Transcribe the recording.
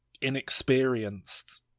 inexperienced